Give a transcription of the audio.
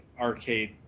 arcade